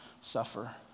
suffer